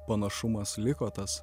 panašumas liko tas